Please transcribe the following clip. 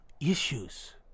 issues